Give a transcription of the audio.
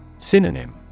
Synonym